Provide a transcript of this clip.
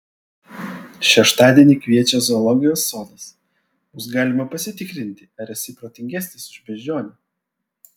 šeštadienį kviečia zoologijos sodas bus galima pasitikrinti ar esi protingesnis už beždžionę